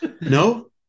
no